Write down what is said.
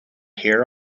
hear